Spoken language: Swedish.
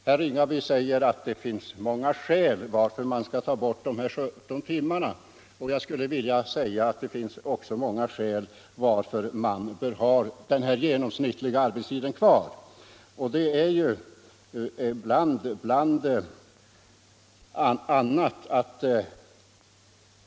Herr Ringaby säger att det finns många skäl till att man skall ta bort bestämmelsen om de 17 timmarna, och jag skulle vilja säga att det finns också många skäl till att man bör ha denna genomsnittliga arbetstid kvar.